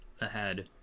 ahead